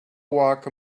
walk